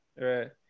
right